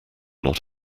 not